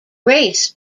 race